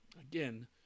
Again